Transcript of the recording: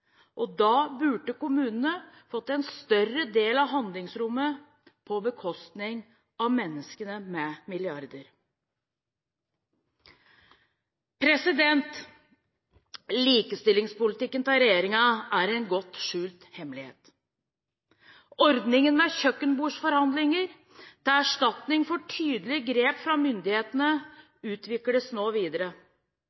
og da burde kommunene fått en større del av handlingsrommet på bekostning av menneskene med milliarder. Likestillingspolitikken til regjeringen er en godt skjult hemmelighet. Ordningen med kjøkkenbordsforhandlinger til erstatning for tydelige grep fra myndighetene